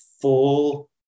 full